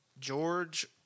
George